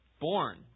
born